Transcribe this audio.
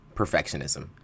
perfectionism